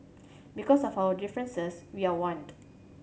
because of our differences we are want